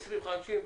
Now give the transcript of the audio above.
2050,